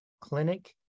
clinic